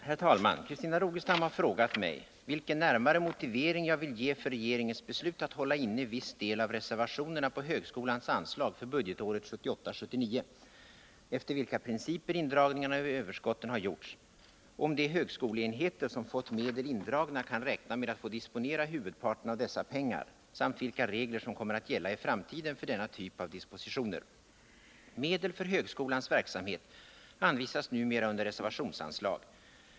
Herr talman! Christina Rogestam har frågat mig 1. vilken närmare motivering jag vill ge för regeringens beslut att hålla inne viss del av reservationerna på högskolans anslag för budgetåret 1978/79, 2. efter vilka principer indragningarna av överskotten har gjorts, 3. om de högskoleenheter som fått medel indragna kan räkna med att få disponera huvudparten av dessa pengar samt 4. vilka regler som kommer att gälla i framtiden för denna typ av dispositioner. Medel för högskolans verksamhet anvisas numera under reservationsanslag.